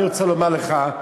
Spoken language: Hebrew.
אני רוצה לומר לך,